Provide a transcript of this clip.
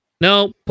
no